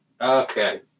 Okay